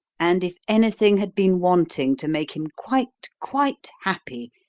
and if anything had been wanting to make him quite, quite happy,